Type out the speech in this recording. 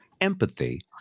empathy